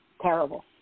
terrible